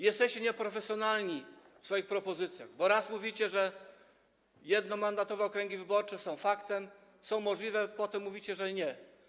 Jesteście nieprofesjonalni, jeżeli chodzi o wasze propozycje, bo raz mówicie, że jednomandatowe okręgi wyborcze są faktem, są możliwe, potem mówicie, że nie.